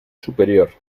superior